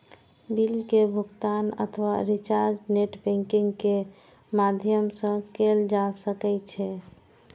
bill के भुगातन अथवा रिचार्ज नेट बैंकिंग के माध्यम सं कैल जा सकै छै